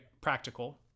practical